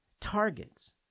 targets